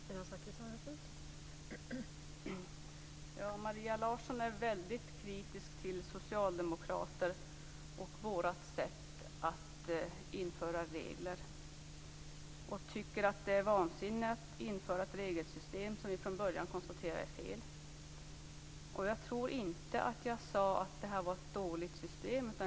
Fru talman! Maria Larsson är väldigt kritisk till socialdemokrater och vårt sätt att införa regler. Hon tycker att det är vansinne att införa ett regelsystem som vi från början konstaterar är fel. Jag tror inte att jag sade att detta var ett dåligt system.